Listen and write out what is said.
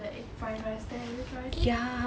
I eat the egg fried rice there have you tried it